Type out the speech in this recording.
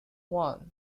one